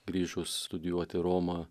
grįžus studijuot į romą